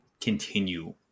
continue